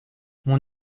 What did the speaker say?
mon